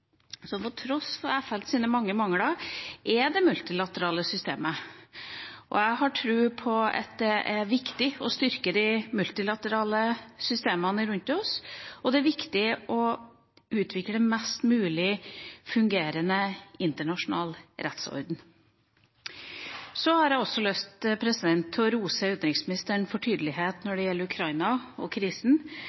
tross for FNs mange mangler, er det multilaterale systemet. Jeg har tro på at det er viktig å styrke de multilaterale systemene rundt oss, og det er viktig å utvikle mest mulig fungerende internasjonal rettsorden. Så har jeg også lyst til å rose utenriksministeren for tydelighet når det gjelder Ukraina og krisen